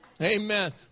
Amen